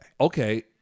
okay